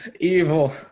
evil